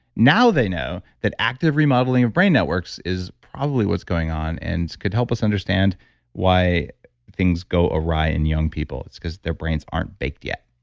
now they know that active remodeling of brain networks is probably what's going on and could help us understand why things go awry in young people. it's because their brains aren't baked yet